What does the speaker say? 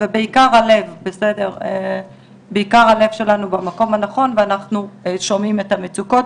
ובעיקר הלב שלנו במקום הנכון ואנחנו שומעים את המצוקות